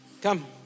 Come